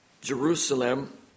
Jerusalem